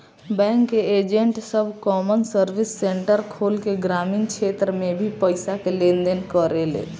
bank के agent सब common service centre खोल के ग्रामीण क्षेत्र में भी पईसा के लेन देन करेले